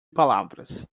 palavras